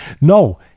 No